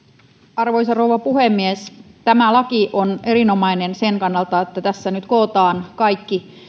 arvoisa rouva puhemies tämä laki on erinomainen sen kannalta että tässä nyt kootaan kaikki